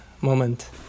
moment